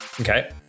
okay